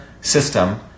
system